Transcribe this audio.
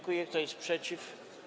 Kto jest przeciw?